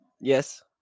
yes